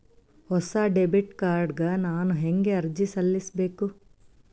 ಹೊಸ debit card ಗ ನಾನು ಹೆಂಗ ಅರ್ಜಿ ಸಲ್ಲಿಸಬೇಕು?